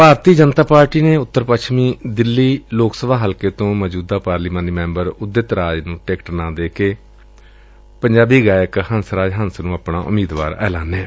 ਭਾਰਤੀ Janata party ਨੇ ਉੱਤਰ ਪੱਛਮੀ ਦਿੱਲੀ ਲੋਕ ਸਭਾ ਸੀਟ ਤੋਂ ਮੌਜੂਦਾ ਪਾਰਲੀਮਾਨੀ ਮੈਂਬਰ ਉਦਿਤ ਰਾਜ ਨੂੰ ਟਿਕਟ ਨਾ ਦੇ ਕੇ ਗਾਇਕ ਹੰਸ ਰਾਜ ਹੰਸ ਨੂੰ ਆਪਣਾ ਉਮੀਦਵਾਰ ਐਲਾਨਿਆ